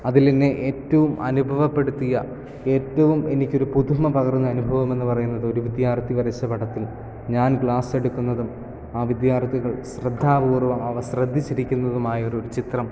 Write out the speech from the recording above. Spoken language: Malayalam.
അതിൽ എന്നെ ഏറ്റവും അനുഭവപ്പെടുത്തിയ ഏറ്റവും എനിക്ക് ഒരു പുതുമ പകർന്ന അനുഭവം എന്ന് പറയുന്നത് ഒരു വിദ്യാർത്ഥി വരച്ച പടത്തിൽ ഞാൻ ക്ലാസ് എടുക്കുന്നതും ആ വിദ്യാർത്ഥികൾ ശ്രദ്ധാപൂർവം അവ ശ്രദ്ധിച്ച് ഇരിക്കുന്നതുമായ ഒരു ചിത്രം